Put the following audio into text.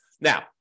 Now